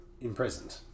imprisoned